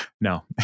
No